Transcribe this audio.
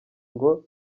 ngo